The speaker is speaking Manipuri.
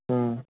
ꯑꯣ